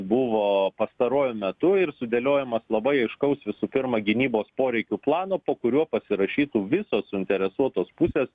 buvo pastaruoju metu ir sudėliojimas labai aiškaus visų pirma gynybos poreikių plano po kuriuo pasirašytų visos suinteresuotos pusės